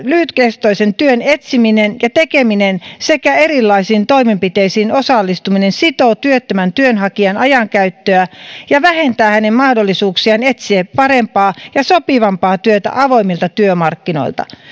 lyhytkestoisen työn etsiminen ja tekeminen sekä erilaisiin toimenpiteisiin osallistuminen sitoo työttömän työnhakijan ajankäyttöä ja vähentää hänen mahdollisuuksiaan etsiä parempaa ja sopivampaa työtä avoimilta työmarkkinoilta